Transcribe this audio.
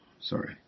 Sorry